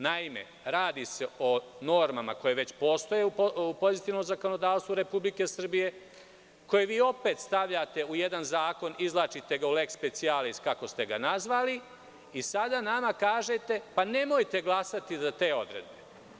Naime, radi se o normama koje već postoje u pozitivnom zakonodavstvu Republike Srbije, koje vi opet stavljate u jedan zakon, izvlačite ga u leks specijalis, kako ste ga nazvali i sada nama kažete – nemojte glasati za te odredbe.